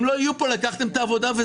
לקחתם את העבודה.